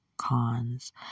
Cons